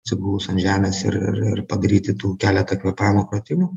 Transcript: atsigulus ant žemės ir ir ir padaryti tų keletą kvėpavimo pratimų